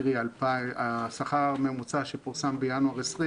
קרי השכר הממוצע שפורסם בינואר 2020,